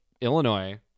Illinois